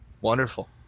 Wonderful